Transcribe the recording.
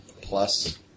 plus